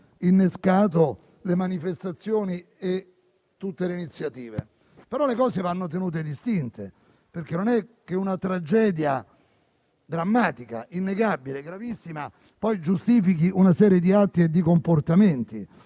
innescato le manifestazioni e tutte le iniziative conseguenti. Però le cose vanno tenute distinte, perché non è che una tragedia drammatica, innegabilmente gravissima, può giustificare poi una serie di atti e di comportamenti.